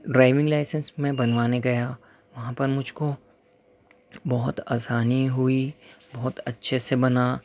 driving licence میں بنوانے گیا وہاں پر مجھ کو بہت آسانی ہوئی بہت اچھے سے بنا